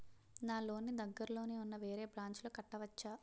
నా లోన్ నీ దగ్గర్లోని ఉన్న వేరే బ్రాంచ్ లో కట్టవచా?